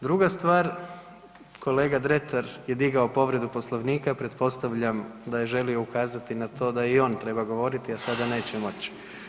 Druga stvar, kolega Dretar je digao povredu Poslovnika, pretpostavljam da je želio ukazati na to da i on treba govoriti, a sada neće moć.